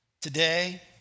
today